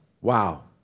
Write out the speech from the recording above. Wow